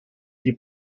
die